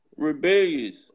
rebellious